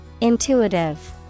Intuitive